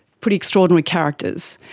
pretty extraordinary characters.